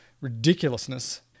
ridiculousness